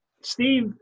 Steve